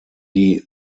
die